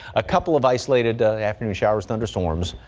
a couple of isolated afternoon showers thunderstorms.